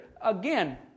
again